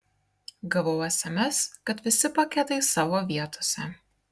gavau sms kad visi paketai savo vietose